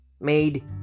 made